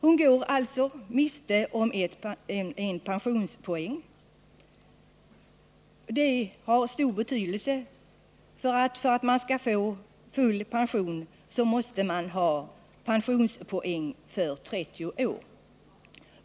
Hon går alltså miste om pensionspoäng, och det har stor betydelse. För att man skall få full pension måste man ha pensionspoäng för 30 år.